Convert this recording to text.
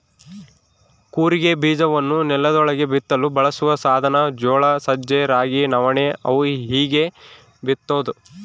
ಕೂರಿಗೆ ಬೀಜವನ್ನು ನೆಲದೊಳಗೆ ಬಿತ್ತಲು ಬಳಸುವ ಸಾಧನ ಜೋಳ ಸಜ್ಜೆ ರಾಗಿ ನವಣೆ ಅವು ಹೀಗೇ ಬಿತ್ತೋದು